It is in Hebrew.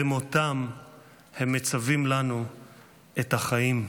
במותם הם מצווים לנו את החיים.